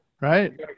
Right